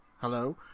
Hello